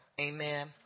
amen